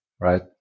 right